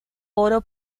oro